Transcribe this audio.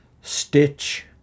stitch